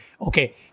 Okay